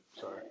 Sorry